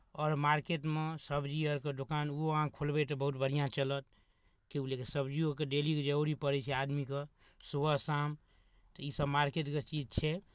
आओर मार्केटमे सब्जी आरके दोकान ओहो अहाँ खोलबै तऽ बहुत बढ़िआँ चलत की बुझलियै सब्जियोके डेलीके जरूरी पड़ै छै आदमीके सुबह शाम तऽ ईसभ मार्केटके चीज छै